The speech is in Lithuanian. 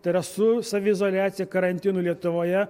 tai yra su saviizoliacija karantinu lietuvoje